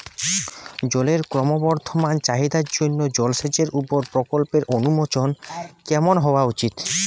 জলের ক্রমবর্ধমান চাহিদার জন্য জলসেচের উপর প্রকল্পের অনুমোদন কেমন হওয়া উচিৎ?